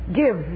give